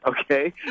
okay